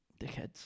Dickheads